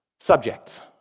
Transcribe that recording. subjects.